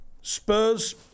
Spurs